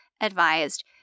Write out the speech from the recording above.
advised